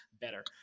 better